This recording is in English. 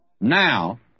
Now